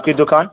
آپ کی دکان